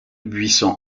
buisson